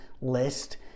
list